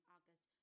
August